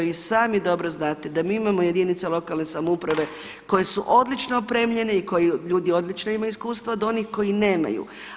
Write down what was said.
I sami dobro znate da mi imamo jedinice lokalne samouprave koje su odlično opremljene i koje ljudi odlično imaju iskustvo od onih koji nemaju.